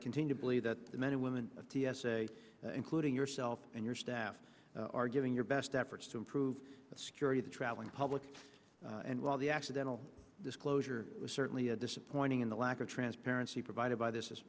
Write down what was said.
continue to believe that the men and women of t s a including yourself and your staff are giving your best efforts to improve the security the traveling public and while the accidental disclosure was certainly a disappointing in the lack of transparency provided by this